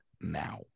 now